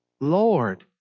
Lord